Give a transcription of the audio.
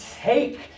take